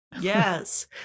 Yes